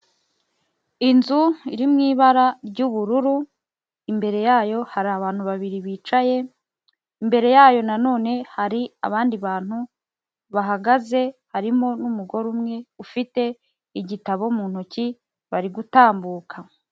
Inzu iri mu ibara ry'ubururu, imbere yayo hari abantu babiri bicaye, imbere yayo na none hari abandi bantu bahagaze, harimo n'umugore umwe ufite igitabo mu ntoki bari gutambuka.